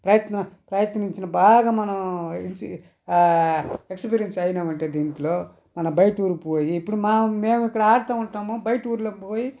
ప్రయత్నింప్రయత్నించిన బాగా మనం ఎక్స్పిరియన్స్ అయినామంటే దీంట్లో మనము బయటూరికి పోయి ఇప్పుడు మ మేము ఇక్కడ ఆడతా ఉంటాము బయటూరిలోకి పోయి